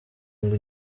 ngo